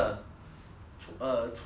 ch~ uh 出来那个